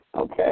Okay